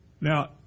Now